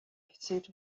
pursuit